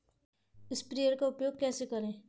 Sprayer का उपयोग कैसे करें?